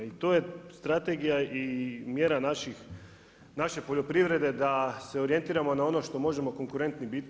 I to je strategija i mjera naše poljoprivrede da se orijentiramo na ono što možemo konkurentni biti.